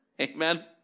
Amen